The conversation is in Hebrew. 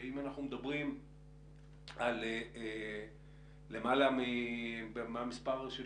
שאם אנחנו מדברים על למעלה מה המספר של